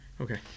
Okay